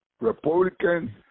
Republican